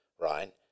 right